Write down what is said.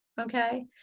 okay